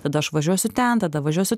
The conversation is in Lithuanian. tada aš važiuosiu ten tada važiuosiu